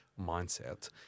mindset